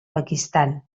pakistan